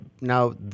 Now